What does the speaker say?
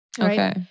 Okay